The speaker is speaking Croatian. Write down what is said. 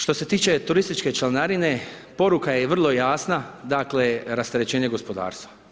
Što se tiče turističke članarine, poruka je vrlo jasna, dakle rasterećenje gospodarstva.